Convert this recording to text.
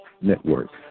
Network